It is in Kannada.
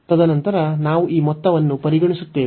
ತದನಂತರ ನಾವು ಈ ಮೊತ್ತವನ್ನು ಪರಿಗಣಿಸುತ್ತೇವೆ